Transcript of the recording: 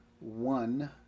one